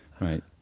right